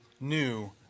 new